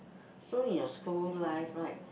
so in your school life right